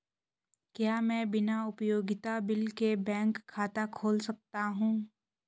क्या मैं बिना उपयोगिता बिल के बैंक खाता खोल सकता हूँ?